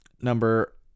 number